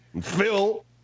Phil